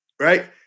Right